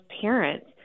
parents